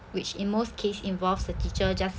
which in most case involves the teacher just